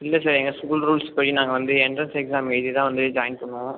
இல்லை சார் எங்கள் ஸ்கூல் ரூல்ஸ்ப்படி நாங்கள் வந்து என்ட்ரன்ஸ் எக்ஸாம் எழுதி தான் வந்து ஜாயின் பண்ணுவோம்